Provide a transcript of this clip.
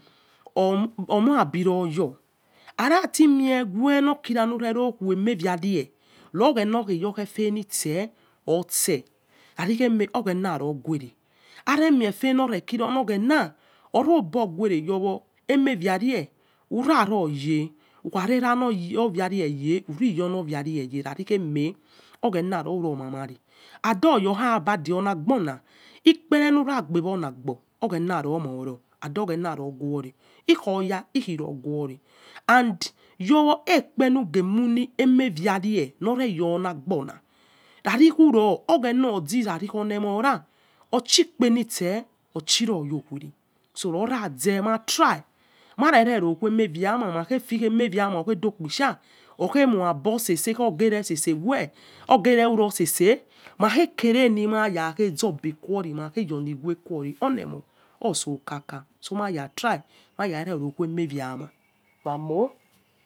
Omoasuroyo aritime we ulykhaira uryo khuhre yare ogh evis ghe yo ifele veh kha vai eme ogheris no guere aneme fe lokira orlo oghena oro gbo guere yowo emevare ura ruoye, ukhare era lo vare ye uri iyo yeh. Oyhema loukhior mama reh auoh oya khavade olagbo na ikpere lukhor gbe ola-gbo ogheur lohioo omdi olo oghena loghere ikhio ya ikhi loghere audi yowo ekpe lufeg khue in-eme yare loro yowo olagbona oghena orzi kha a ole mora oshi ekpe in se orshi yoghuen, wazema yoy marewo khue emaya ma. eno anvama ghe dokpishai osese orghele sese wecmazhe kiere ma yaze zobe kuoai mal yohghuo khyoni olewoh. Osoh kaka so maya toy mare reno khuemay a uwauro.